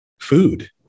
food